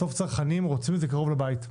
בסוף צרכנים רוצים את זה קרוב לבית.